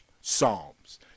Psalms